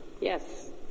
Yes